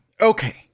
Okay